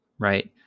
right